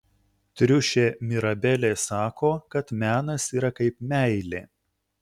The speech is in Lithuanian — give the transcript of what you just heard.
triušė mirabelė sako kad menas yra kaip meilė